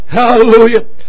Hallelujah